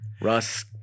Russ